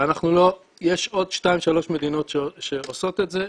ויש עוד שתיים-שלוש מדינות שעושות את זה,